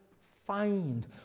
find